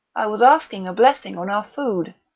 i was arsking a blessing on our food,